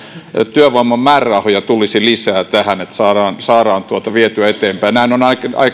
työvoiman määrärahoja tulisi lisää tähän että saadaan saadaan vietyä eteenpäin nämähän ovat